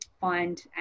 find